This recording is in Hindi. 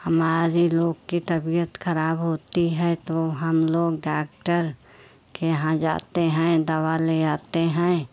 हमारी लोग की तबीयत ख़राब होती है तो हम लोग डाक्टर के यहाँ जाते हैं दवा ले आते हैं